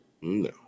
No